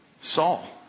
Saul